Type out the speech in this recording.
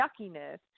yuckiness